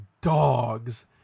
dogs